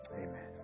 Amen